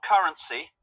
currency